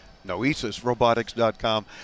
noesisrobotics.com